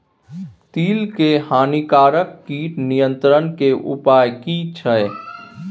तिल के हानिकारक कीट नियंत्रण के उपाय की छिये?